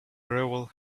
gravel